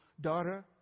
Daughter